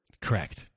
Correct